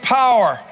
power